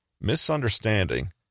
misunderstanding